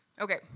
Okay